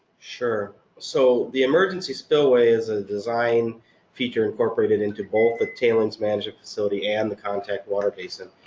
sure. so the emergency spillway is a design feature incorporated into both the tailings management facility and the contact water basin.